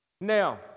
Now